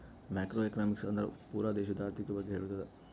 macro economics ಅಂದುರ್ ಪೂರಾ ದೇಶದು ಆರ್ಥಿಕ್ ಬಗ್ಗೆ ಹೇಳ್ತುದ